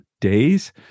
days